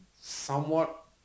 somewhat